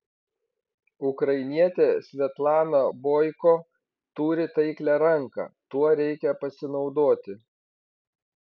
ukrainietė svetlana boiko turi taiklią ranką tuo reikia pasinaudoti